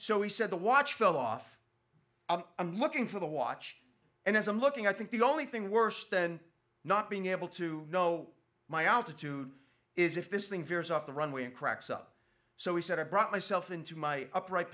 so he said the watch fell off i'm looking for the watch and as i'm looking i think the only thing worse than not being able to know my altitude is if this thing veers off the runway and cracks up so he said i brought myself into my upright